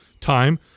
time